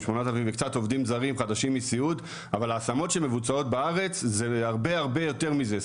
וקצת עובדים חדשים מסיעוד אבל ההשמות שמבוצעות בארץ זה הרבה יותר מזה,